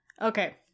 Okay